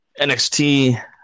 NXT